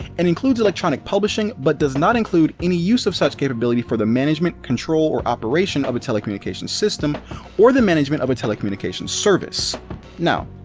and includes electronic publishing, but does not include any use of any such capability for the management, control, or operation of a telecommunications system or the management of a telecommunications service now,